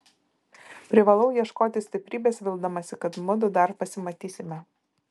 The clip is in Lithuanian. privalau ieškoti stiprybės vildamasi kad mudu dar pasimatysime